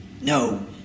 No